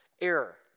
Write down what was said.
error